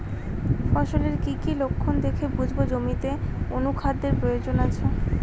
ফসলের কি কি লক্ষণ দেখে বুঝব জমিতে অনুখাদ্যের প্রয়োজন আছে?